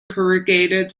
corrugated